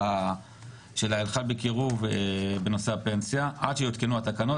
הלכת בקירוב בנושא הפנסיה עד שיעודכנו התקנות,